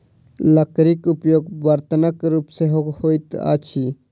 लकड़ीक उपयोग बर्तनक रूप मे सेहो होइत अछि